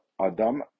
Adam